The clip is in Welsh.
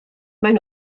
maen